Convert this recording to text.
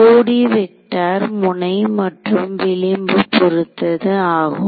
2D vector முனை மற்றும் விளிம்பு பொறுத்தது ஆகும்